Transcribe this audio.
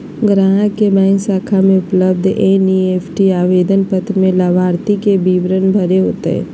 ग्राहक के बैंक शाखा में उपलब्ध एन.ई.एफ.टी आवेदन पत्र में लाभार्थी के विवरण भरे होतय